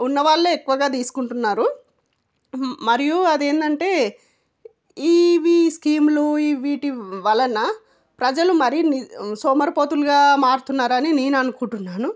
ఉన్నవాళ్ళే ఎక్కువగా తీసుకుంటున్నారు మరియు అదేంటంటే ఇవి స్కీములు ఈ వీటి వలన ప్రజలు మరీ సోమరిపోతులుగా మారుపోతున్నారని నేను అనుకుంటున్నాను